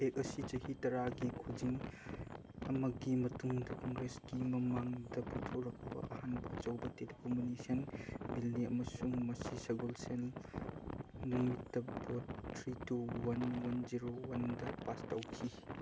ꯑꯦꯛ ꯑꯁꯤ ꯆꯍꯤ ꯇꯔꯥꯒꯤ ꯈꯨꯖꯤꯡ ꯑꯃꯒꯤ ꯃꯇꯨꯡꯗ ꯀꯣꯡꯒ꯭ꯔꯦꯁꯀꯤ ꯃꯃꯥꯡꯗ ꯄꯨꯊꯣꯔꯛꯄ ꯑꯍꯥꯟꯕ ꯑꯆꯧꯕ ꯇꯦꯂꯤꯀꯝꯃꯨꯅꯤꯀꯦꯁꯟ ꯕꯤꯜꯅꯤ ꯑꯃꯁꯨꯡ ꯃꯁꯤ ꯁꯒꯣꯜꯁꯦꯜ ꯅꯨꯃꯤꯠꯇ vote three two one one zero ꯋꯥꯟꯗ ꯄꯥꯁ ꯇꯧꯈꯤ